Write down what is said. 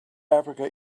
africa